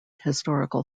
historical